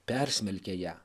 persmelkia ją